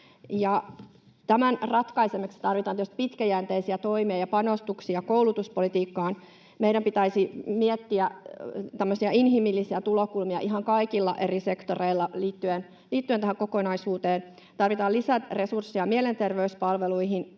Tämän ratkaisemiseksi tarvitaan tietysti pitkäjänteisiä toimia ja panostuksia koulutuspolitiikkaan. Meidän pitäisi miettiä tämmöisiä inhimillisiä tulokulmia ihan kaikilla eri sektoreilla liittyen tähän kokonaisuuteen. Tarvitaan lisäresursseja mielenterveyspalveluihin,